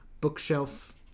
Bookshelf